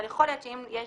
אבל יכול להיות שאם יש